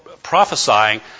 prophesying